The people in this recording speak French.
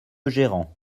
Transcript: gérant